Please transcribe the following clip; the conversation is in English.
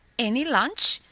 any lunch?